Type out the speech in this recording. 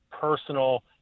personal